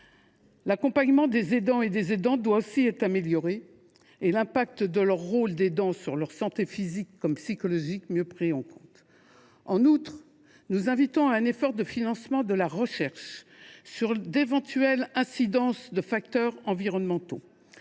L’accompagnement des aidants et des aidantes doit aussi être amélioré et les effets de leur rôle sur leur santé physique comme psychologique doivent être mieux pris en compte. En outre, nous invitons à un effort de financement de la recherche sur d’éventuelles incidences de facteurs environnementaux.